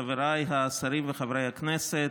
חבריי השרים וחברי הכנסת,